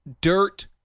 dirt